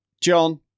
John